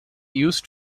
used